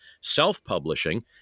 self-publishing